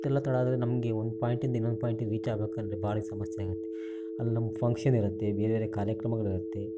ಇಷ್ಟೆಲ್ಲ ತಡ ಆದರೆ ನಮಗೆ ಒಂದು ಪಾಯಿಂಟಿಂದ ಇನ್ನೊಂದು ಪಾಯಿಂಟಿಗೆ ರೀಚ್ ಆಗಬೇಕಂದ್ರೆ ಭಾರಿ ಸಮಸ್ಯೆ ಆಗುತ್ತೆ ಅಲ್ಲಿ ನಮ್ಮ ಫಂಕ್ಷನ್ ಇರತ್ತೆ ಬೇರೆ ಬೇರೆ ಕಾರ್ಯಕ್ರಮಗಳಿರತ್ತೆ